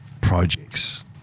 projects